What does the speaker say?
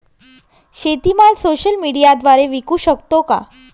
शेतीमाल सोशल मीडियाद्वारे विकू शकतो का?